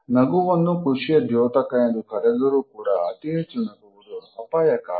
ನಗುವನ್ನು ಖುಷಿಯ ದ್ಯೋತಕ ಎಂದು ಕರೆದರೂ ಕೂಡ ಅತಿ ಹೆಚ್ಚು ನಗುವುದು ಅಪಾಯಕಾರಿ